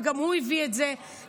וגם הוא הביא את זה אליי.